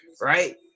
right